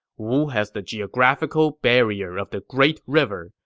wu has the geographical barrier of the great river,